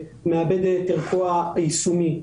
ומאבד את ערכו היישומי.